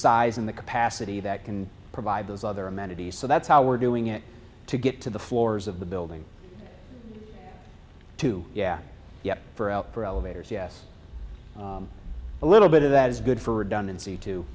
size and the capacity that can provide those other amenities so that's how we're doing it to get to the floors of the building to yeah yeah for out for elevators yes a little bit of that is good for